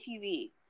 TV